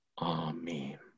Amen